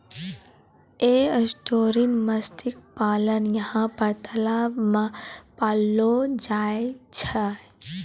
estuarine मत्स्य पालन यहाँ पर तलाव मे पाललो जाय छै